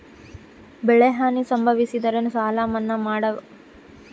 ಬೆಳೆಹಾನಿ ಸಂಭವಿಸಿದರೆ ಸಾಲ ಮನ್ನಾ ಮಾಡುವಿರ?